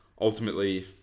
ultimately